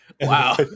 wow